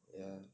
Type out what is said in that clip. ya